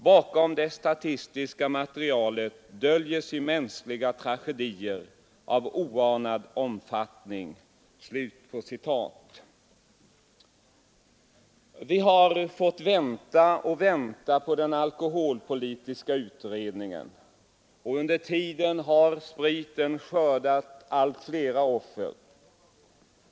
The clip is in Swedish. Bakom det statistiska materialet döljer sig mänskliga tragedier av oanad omfattning.” Vi har fått vänta och vänta på den alkoholpolitiska utredningen, och under tiden har spriten skördat allt flera offer.